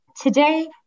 today